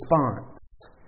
response